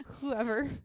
whoever